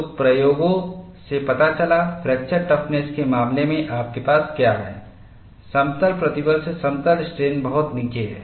तो प्रयोगों से पता चला फ्रैक्चर टफनेस के मामले में आपके पास क्या है समतल प्रतिबल से समतल स्ट्रेन बहुत नीचे है